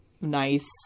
nice